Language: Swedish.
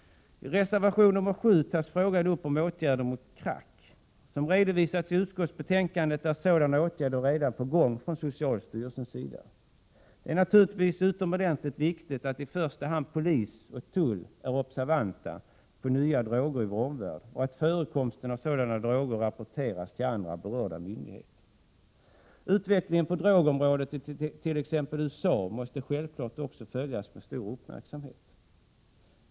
I reservation nr 7 tar man upp frågan om åtgärder mot crack. Som redovisas i utskottsbetänkandet är sådana åtgärder redan på gång från socialstyrelsens sida. Det är naturligtvis utomordentligt viktigt att i första hand polisen och tullen är observanta på nya droger i vår omvärld och att förekomsten av sådana droger rapporteras till andra berörda myndigheter. Utvecklingen på drogområdet i t.ex. USA måste självfallet också följas med stor uppmärksamhet.